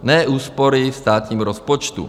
Ne úspory v státním rozpočtu.